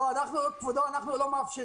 לא, כבודו, אנחנו לא מאפשרים.